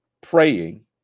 Praying